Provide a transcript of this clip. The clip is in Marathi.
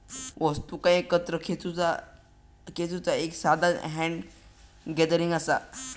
वस्तुंका एकत्र खेचुचा एक साधान हॅन्ड गॅदरिंग असा